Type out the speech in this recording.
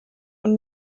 und